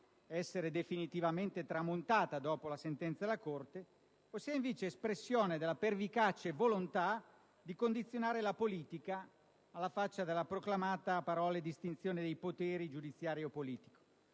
essere ormai definitivamente tramontata dopo la sentenza della Corte, o se invece è espressione della pervicace volontà di condizionare la politica, alla faccia della proclamata distinzione fra potere giudiziario e potere